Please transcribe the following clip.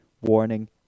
warning